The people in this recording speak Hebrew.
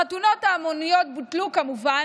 החתונות ההמוניות בוטלו, כמובן,